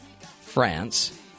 France